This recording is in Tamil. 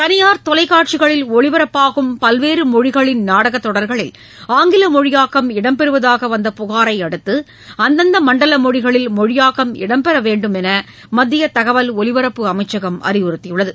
தனியார் தொலைக்காட்சிகளில் ஒளிபரப்பாகும் பல்வேறு மொழிகளின் நாடகத் தொடர்களில் ஆங்கில மொழியாக்கம் இடம்பெறுவதாக வந்த புகாரை அடுத்து அந்தந்த மண்டல மொழிகளில் மொழியாக்கம் இடம்பெற வேண்டும் என்று மத்திய தகவல் ஒலிபரப்பு அமைச்சகம் அறிவுறுத்தியுள்ளது